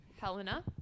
Helena